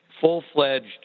full-fledged